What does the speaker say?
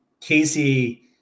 Casey